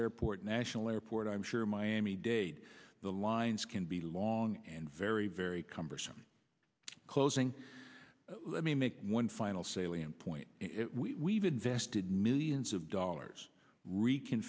airport national airport i'm sure miami dade the lines can be long and very very cumbersome closing let me make one final salient point we invested millions of dollars r